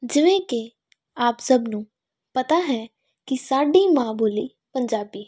ਜਿਵੇਂ ਕਿ ਆਪ ਸਭ ਨੂੰ ਪਤਾ ਹੈ ਕਿ ਸਾਡੀ ਮਾਂ ਬੋਲੀ ਪੰਜਾਬੀ ਹੈ